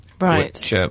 Right